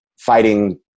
fighting